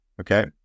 Okay